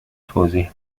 توضیح